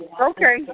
Okay